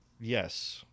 yes